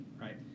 Right